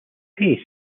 pace